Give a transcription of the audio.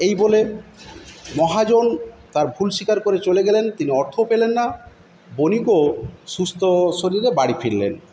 এই বলে মহাজন তার ভুল স্বীকার করে চলে গেলেন তিনি অর্থও পেলেন না বণিকও সুস্থ শরীরে বাড়ি ফিরলেন